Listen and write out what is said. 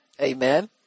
Amen